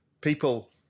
people